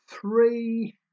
three